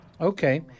Okay